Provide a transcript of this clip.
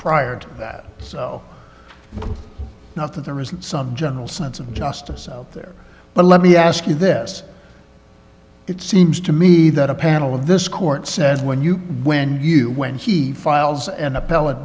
prior to that not that there was some general sense of justice there but let me ask you this it seems to me that a panel of this court said when you when you when he files an appellate